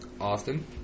Austin